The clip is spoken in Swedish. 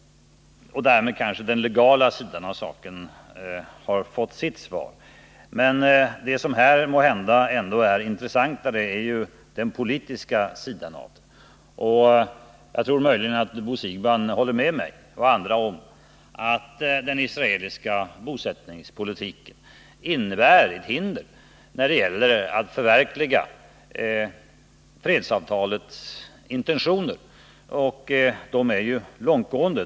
Därmed kanske den legala sidan av saken har fått sitt svar. Men det som måhända ändå är det intressanta är den politiska sidan av saken. Jag tror möjligen att Bo Siegbahn håller med mig och andra om att den israeliska bosättningspolitiken innebär ett hinder när det gäller att förverkliga fredsavtalets intentioner, och dessa är ju långtgående.